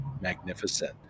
magnificent